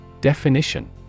Definition